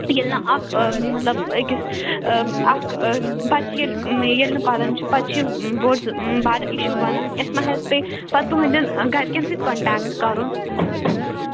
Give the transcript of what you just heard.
ییٚلہِ نہٕ اکھ آ مَطلَب أکِس آ اَکھ آ بَچہِ ییٚلہِ ییٚلہِ نہٕ پَران چھُ پَتہٕ چھُ یہِ بوٚڈ بارٕ اِشوٗ بنان اسہِ ما حظ پیٚیہِ پَتہٕ تُہُنٛدٮ۪ن گَرِکیٚن سۭتۍ کَنٹیٚکٹہٕ کَرُن